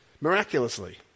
miraculously